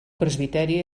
presbiteri